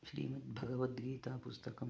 श्रीमद् भगवद्गीता पुस्तकम्